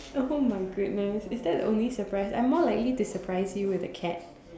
oh my goodness is that the only surprise I'm more likely to surprise you with a cat